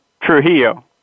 Trujillo